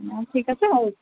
ঠিক আছে